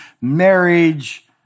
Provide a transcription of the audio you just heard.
marriage